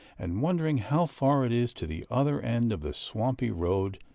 and wondering how far it is to the other end of the swampy road,